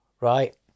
right